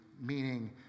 meaning